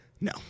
No